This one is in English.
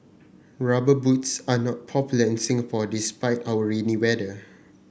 rubber boots are not popular in Singapore despite our rainy weather